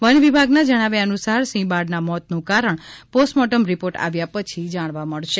one વિભાગના જણાવ્યાનુસાર સિંહબાળના મોતનું કારણ પોસ્ટ મોર્ટેમ રીપોર્ટ આવ્યા પછી જાણવા મળશે